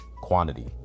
quantity